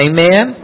Amen